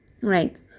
right